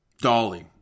Dolly